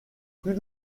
plus